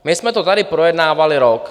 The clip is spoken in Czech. My jsme to tady projednávali rok.